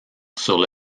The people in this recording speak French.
sur